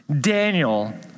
Daniel